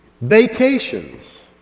vacations